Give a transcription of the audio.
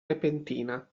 repentina